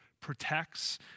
protects